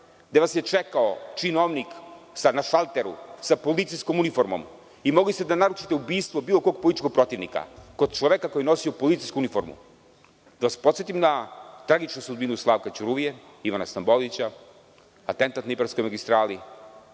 gde vas je čekao činovnik, sada na šalteru sa policijskom uniformom i mogli ste da naručite ubistvo bilo kog političkog protivnika kod čoveka koji nosi policijsku uniformu. Da vas podsetim na tragičnu sudbinu Slavka Ćuruvije, Ivana Stambolića, atentat na Ibarskoj magistrali,